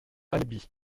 albi